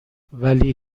ولی